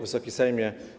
Wysoki Sejmie!